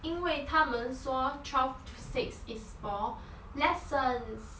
因为他们说 twelve to six is for lessons